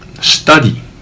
study